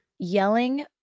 yelling